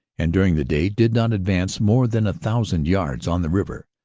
and during the day did not advance more than a thousand yards on the river,